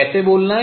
कैसे बोलना है